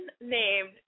named